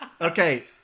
Okay